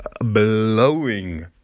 Blowing